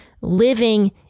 living